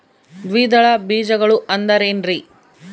ದ್ವಿದಳ ಬೇಜಗಳು ಅಂದರೇನ್ರಿ?